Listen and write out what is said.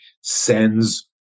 sends